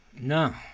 No